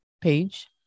page